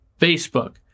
Facebook